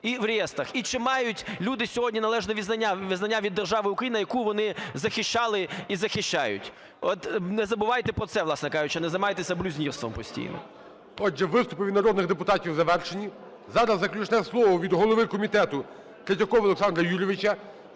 і чи мають люди сьогодні належне визнання від держави України, яку вони захищали і захищають. От не забувайте про це, власне кажучи, не займайтеся блюзнірством постійно. ГОЛОВУЮЧИЙ. Отже, виступи від народних депутатів завершені. Зараз заключне слово від голови комітету Третьякова Олександра Юрійовича.